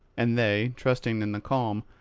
and they, trusting in the calm,